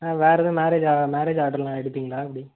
ஆ வேறு எதுவும் marriage marriage ஆர்டர்லாம் எடுப்பீங்களா எப்படி